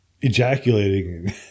ejaculating